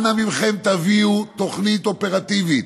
אנא מכם, הביאו תוכנית אופרטיבית.